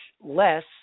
less